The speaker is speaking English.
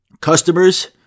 customers